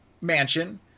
mansion